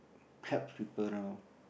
help people round